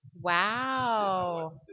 Wow